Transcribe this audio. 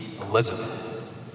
Elizabeth